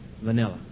Vanilla